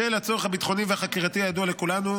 בשל הצורך הביטחוני והחקירתי הידוע לכולנו,